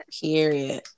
Period